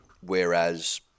whereas